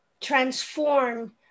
transform